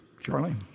Charlie